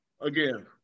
again